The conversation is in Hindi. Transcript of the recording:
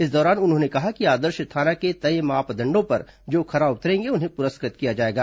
इस दौरान उन्होंने कहा कि आदर्श थाना के तय मापदंडों पर जो खरा उतरेंगे उन्हें पुरस्कृत किया जाएगा